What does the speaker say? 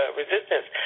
resistance